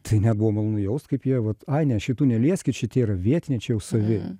tai nebuvo malonu jaust kaip jie vat ai ne šitų nelieskit šitie yra vietiniai čia jau savi